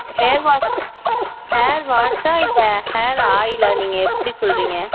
hair wash hair வாஷ்ஷா இப்போ hair ஆயிலா நீங்கள் எப்படி சொல்றிங்க